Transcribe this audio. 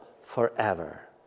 forever